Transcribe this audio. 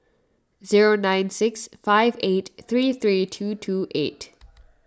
zero nine six five eight three three two two eight